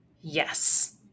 Yes